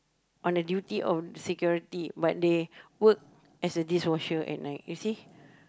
on the duty or security but they work as a dishwasher at night you see